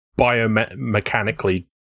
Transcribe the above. biomechanically